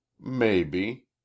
Maybe